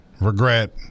regret